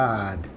God